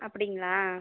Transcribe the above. அப்படிங்களா